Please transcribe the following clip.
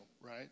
Right